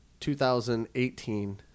2018